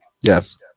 Yes